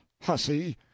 hussy